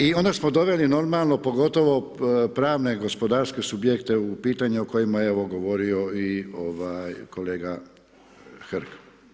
I onda smo doveli normalno, pogotovo pravne gospodarske subjekte u pitanje o kojima je evo govorio i kolega Hrg.